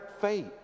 fate